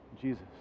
Jesus